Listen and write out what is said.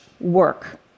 work